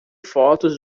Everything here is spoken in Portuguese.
fotos